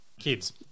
kids